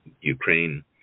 Ukraine